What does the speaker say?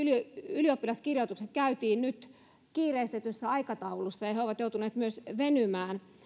ylioppilaskirjoitukset käytiin nyt kiireistetyssä aikataulussa ja he he ovat joutuneet myös venymään